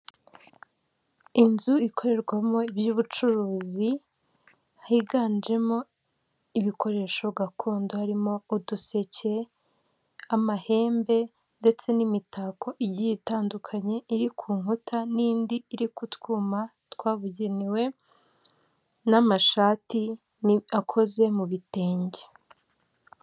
Inzu ikorerwamo iby'ubucuruzi higanjemo ibikoresho gakondo harimo uduseke, amahembe, ndetse n'imitako igiye itandukanye iri ku nkuta n'indi iri k'utwuma twabugenewe n'amashati akoze mu bitenge.